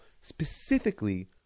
specifically